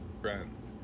friends